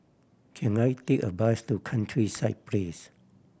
can I take a bus to Countryside Place